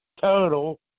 total